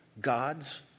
God's